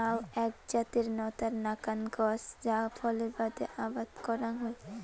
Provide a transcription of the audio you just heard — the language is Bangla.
নাউ এ্যাক জাতের নতার নাকান গছ যা ফলের বাদে আবাদ করাং হই